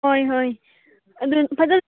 ꯍꯣꯏ ꯍꯣꯏ ꯑꯗꯨꯗꯤ ꯐꯖꯅ